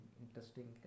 interesting